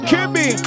Kimmy